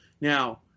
now